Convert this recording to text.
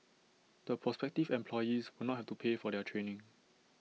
the prospective employees will not have to pay for their training